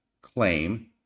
claim